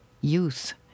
youth